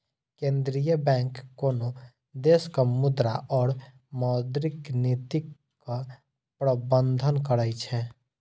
केंद्रीय बैंक कोनो देशक मुद्रा और मौद्रिक नीतिक प्रबंधन करै छै